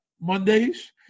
Mondays